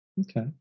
Okay